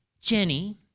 Jenny